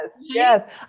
Yes